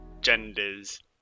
genders